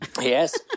Yes